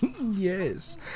yes